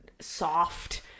soft